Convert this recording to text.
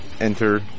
enter